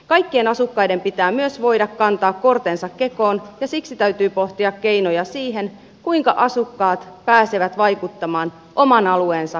kaikkien asukkaiden pitää myös voida kantaa kortensa kekoon ja siksi täytyy pohtia keinoja siihen kuinka asukkaat pääsevät vaikuttamaan oman alueensa kehittämiseen